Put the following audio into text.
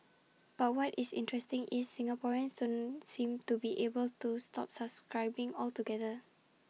but what is interesting is Singaporeans don't seem to be able to stop subscribing altogether